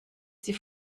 sie